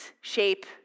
shape